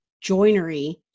joinery